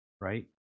Right